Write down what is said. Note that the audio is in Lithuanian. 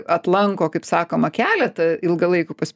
atlanko kaip sakoma keletą ilgalaikių pas